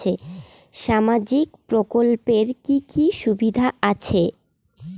সামাজিক প্রকল্পের কি কি সুবিধা আছে?